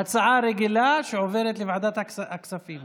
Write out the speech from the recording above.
ההצעה להעביר את הנושא לוועדת הכספים